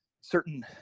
certain